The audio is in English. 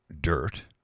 dirt